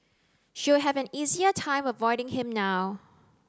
she'll have an easier time avoiding him now